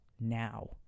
now